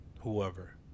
whoever